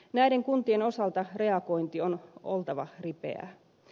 näiden kuntien osalta reagoinnin on oltava ripeää